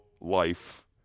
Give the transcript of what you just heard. life